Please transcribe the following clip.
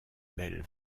belle